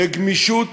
וגמישות